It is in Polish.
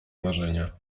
marzenia